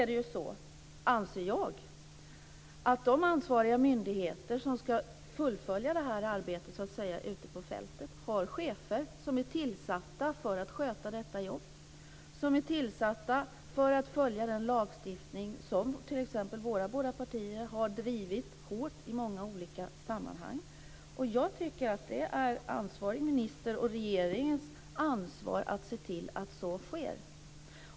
Då anser jag att de ansvariga myndigheter som så att säga ska fullfölja detta arbete ute på fältet har chefer som är tillsatta för att sköta detta jobb och som är tillsatta för att följa den lagstiftning som t.ex. våra båda partier har drivit hårt i många olika sammanhang. Och jag tycker att det är ansvarig ministers och regeringens ansvar att se till att så sker.